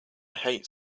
hate